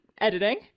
editing